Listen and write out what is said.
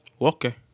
Okay